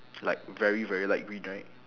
like very very light green right